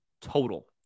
total